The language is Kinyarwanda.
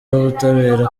w’ubutabera